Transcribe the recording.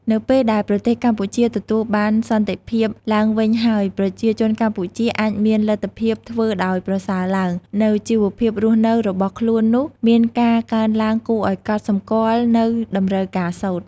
នៅពេលដែលប្រទេសកម្ពុជា ទទួលបានសន្តិភាពឡើងវិញហើយ ប្រជាជនកម្ពុជាអាចមានលទ្ធភាពធ្វើអោយប្រសើរឡើង នូវជីវភាពរស់នៅរបស់ខ្លួននោះមានការកើនឡើងគួរឱ្យកត់សម្គាល់នូវតម្រូវការសូត្រ។